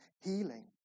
healing